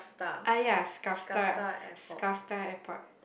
ah ya Skavsta-Airport